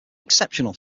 exceptional